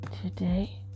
today